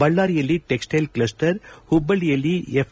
ಬಳ್ಳಾರಿಯಲ್ಲಿ textile cluster ಮಬ್ಬಳ್ಳಯಲ್ಲಿ F